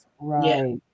right